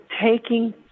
taking